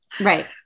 Right